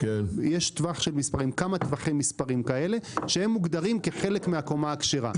יש כמה טווחי מספרים אלה שהם מוגדרים כחלק מהקומה הכשרה.